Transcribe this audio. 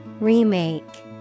Remake